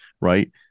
right